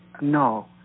no